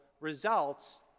results